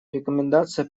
рекомендация